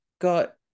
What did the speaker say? Got